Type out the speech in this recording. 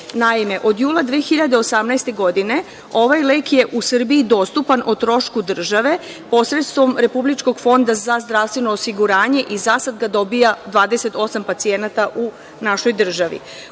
od jula 2018. godine ovaj lek je u Srbiji dostupan o trošku države posredstvom Republičkog fonda za zdravstveno osiguranje i zasad ga dobija 28 pacijenata u našoj državi. Unini